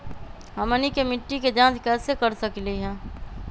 हमनी के मिट्टी के जाँच कैसे कर सकीले है?